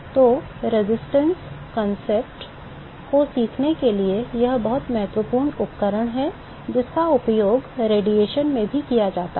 तो प्रतिरोध अवधारणा को सीखने के लिए यह बहुत महत्वपूर्ण उपकरण है जिसका उपयोग विकिरण में भी किया गया था